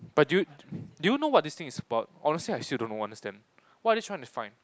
but do you do you know what this thing is about honestly I still don't understand what are they tryna find